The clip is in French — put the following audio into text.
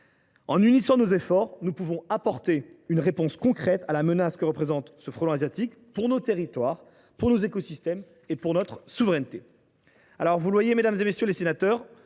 En unissant nos efforts, nous pouvons apporter une réponse concrète à la menace que constitue le frelon asiatique pour nos territoires, pour nos écosystèmes et pour notre souveraineté.